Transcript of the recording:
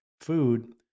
food